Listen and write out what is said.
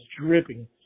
dripping